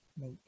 make